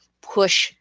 push